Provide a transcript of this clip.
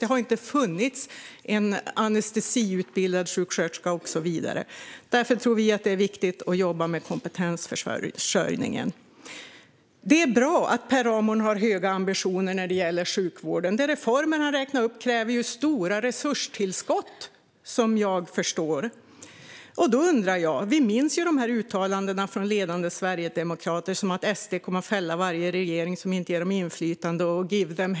Det har exempelvis inte funnits någon anestesiutbildad sjuksköterska. Därför är det viktigt att jobba med kompetensförsörjningen. Det är bra att Per Ramhorn har höga ambitioner för sjukvården. De reformer han räknar upp kräver stora resurstillskott, vad jag förstår. Eftersom vi minns uttalanden från ledande sverigedemokrater - exempelvis att SD kommer att fälla varje regering som inte ger dem inflytande och "Give them hell!"